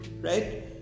right